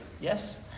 Yes